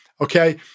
okay